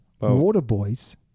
Waterboys